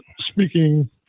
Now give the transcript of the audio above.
speaking